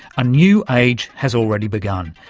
a new age has already begun.